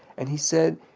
and he said,